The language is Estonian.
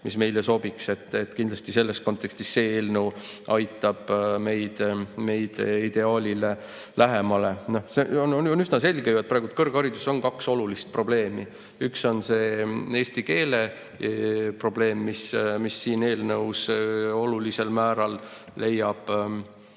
mis meile sobiks, aga kindlasti selles kontekstis see eelnõu aitab meid ideaalile lähemale. On üsna selge, et praegu on kõrghariduses kaks olulist probleemi. Üks on eesti keele probleem, mis siin eelnõus olulisel määral leiab